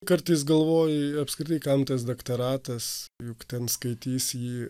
kartais galvoji apskritai kam tas doktoratas juk ten skaitys jį